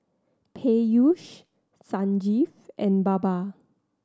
Peyush Sanjeev and Baba